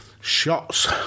Shots